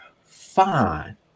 fine